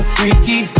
Freaky